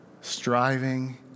Striving